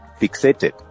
fixated